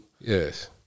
Yes